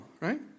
right